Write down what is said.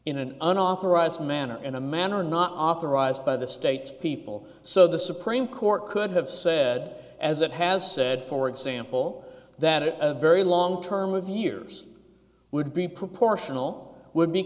in an unauthorized manner in a manner not authorized by the state's people so the supreme court could have said as it has said for example that it a very long term of years would be proportional w